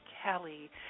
Kelly